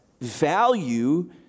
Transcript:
value